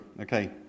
Okay